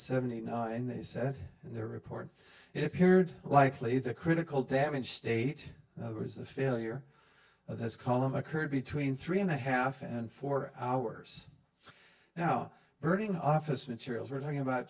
seventy and they said in their report it appeared likely the critical damage state was the failure of this column occurred between three and a half and four hours now burning office materials we're talking about